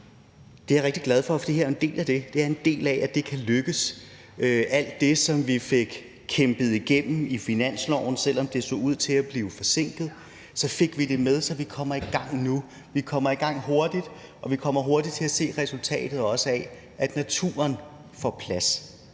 det er jeg rigtig glad for, for det er en del af det; det er en del af, at det her kan lykkes, nemlig alt det, som vi fik kæmpet igennem på finansloven. Selv om det så ud til at blive forsinket, fik vi det med, så vi kommer i gang nu. Vi kommer i gang hurtigt, og vi kommer også hurtigt til at se resultatet af, at naturen får plads